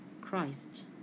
Christ